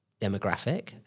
demographic